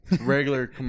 Regular